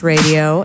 Radio